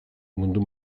mundu